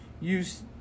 use